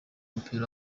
w’umupira